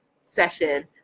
session